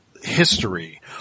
history